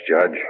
Judge